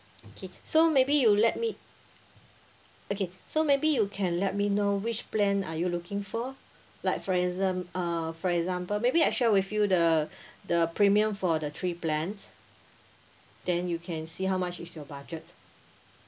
okay so maybe you let me okay so maybe you can let me know which plan are you looking for like for exam~ uh for example maybe I share with you the the premium for the three plans then you can see how much is your budget